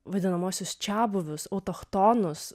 vadinamuosius čiabuvius autochtonus